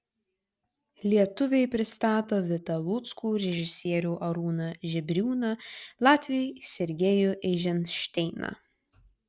lietuviai pristato vitą luckų režisierių arūną žebriūną latviai sergejų eizenšteiną